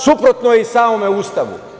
Suprotno je i samom Ustavu.